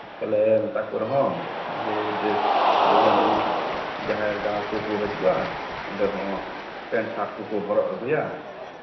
ᱟᱞᱮ ᱞᱮ ᱢᱮᱟ ᱠᱚ ᱨᱮᱦᱚᱸ ᱟᱵᱚᱣᱟᱜ ᱰᱨᱮᱥ ᱠᱚ ᱡᱮᱢᱚᱱ ᱡᱟᱦᱮᱨ ᱜᱟᱲ ᱠᱚᱠᱚ ᱦᱤᱡᱩᱜᱼᱟ ᱚᱸᱰᱮ ᱦᱚᱸ ᱯᱮᱱᱴ ᱥᱟᱨᱴ ᱠᱚᱠᱚ ᱦᱚᱨᱚᱜ ᱟᱹᱜᱩᱭᱟ